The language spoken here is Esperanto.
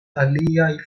aliaj